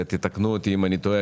ותתקנו אותי אם אני טועה,